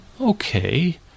Okay